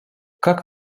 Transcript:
как